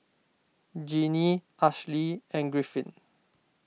Genie Ashli and Griffin